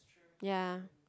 ya